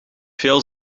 veel